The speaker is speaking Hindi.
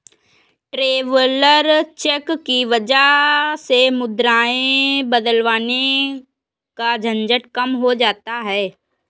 ट्रैवलर चेक की वजह से मुद्राएं बदलवाने का झंझट कम हो जाता है